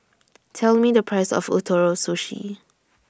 Tell Me The Price of Ootoro Sushi